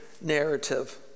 narrative